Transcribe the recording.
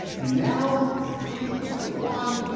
and now, in, three, two, one,